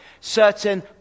certain